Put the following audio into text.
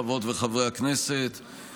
חברות וחברי הכנסת,